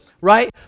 right